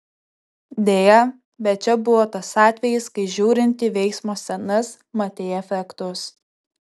deja bet čia buvo tas atvejis kai žiūrint į veiksmo scenas matei efektus